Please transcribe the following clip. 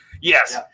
Yes